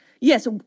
Yes